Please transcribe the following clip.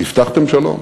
הבטחתם שלום.